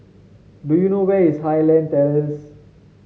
do you know where is Highland Terrace